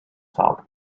salt